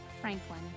Franklin